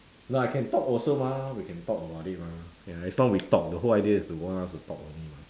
no I can talk also mah we can talk about it mah as long as we talk the whole idea is to want us to talk only mah